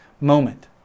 moment